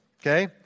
Okay